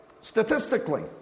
Statistically